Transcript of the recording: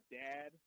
dad